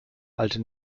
alte